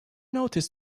notice